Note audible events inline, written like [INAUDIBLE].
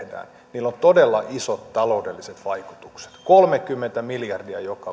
tehdään on todella isot taloudelliset vaikutukset kolmekymmentä miljardia joka [UNINTELLIGIBLE]